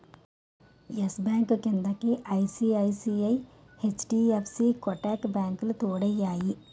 yes Bank క్రిందకు ICICI, HDFC Kotak బ్యాంకులు తోడయ్యాయి